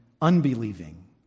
unbelieving